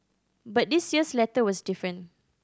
but this year's letter was different